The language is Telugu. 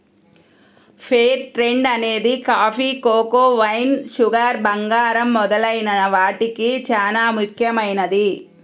ఫెయిర్ ట్రేడ్ అనేది కాఫీ, కోకో, వైన్, షుగర్, బంగారం మొదలైన వాటికి చానా ముఖ్యమైనది